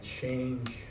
change